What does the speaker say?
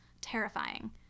terrifying